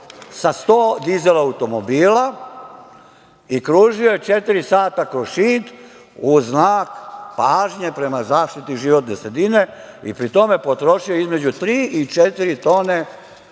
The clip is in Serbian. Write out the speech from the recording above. sa 100 dizel automobila i kružio je četiri sata kroz Šid u znak pažnje prema zaštiti životne sredine i pri tome potrošio između tri i